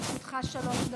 לרשותך שלוש דקות.